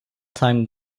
time